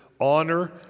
Honor